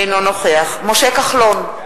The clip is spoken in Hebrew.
אינו נוכח משה כחלון,